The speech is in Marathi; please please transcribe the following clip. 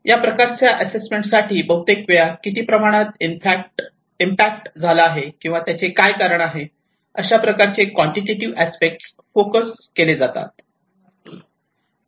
या प्रकारच्या एसेसमेंट साठी बहुतेक वेळा किती प्रमाणात इनफॅक्ट झाला आहे किंवा त्याचे कारण काय आहे अशा प्रकारचे क्वांटइटिटिव्ह अस्पेक्ट फोकस केले जातात